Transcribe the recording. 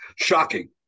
shocking